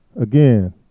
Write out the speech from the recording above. again